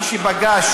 מי שפגש